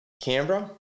Canberra